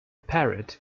parrot